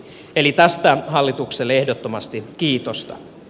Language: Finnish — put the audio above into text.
eli tästä hallitukselle ehdottomasti kiitosta